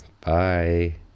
Bye